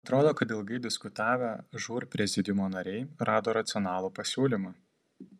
atrodo kad ilgai diskutavę žūr prezidiumo nariai rado racionalų pasiūlymą